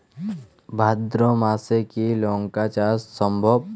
ভাদ্র মাসে কি লঙ্কা চাষ সম্ভব?